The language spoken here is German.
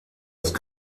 ist